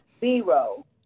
zero